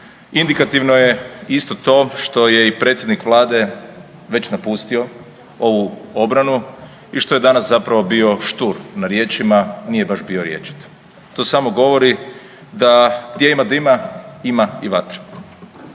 Indikativno je isto to što što je i predsjednik Vlade već napustio ovu obranu i što je danas zapravo bio štur na riječima, nije baš bio rječit. To samo govori da gdje ima dima ima i vatre.